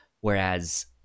Whereas